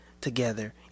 together